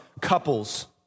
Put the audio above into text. couples